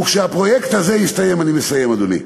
וכשהפרויקט הזה יסתיים אני מסיים, אדוני,